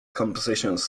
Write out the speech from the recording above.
compositions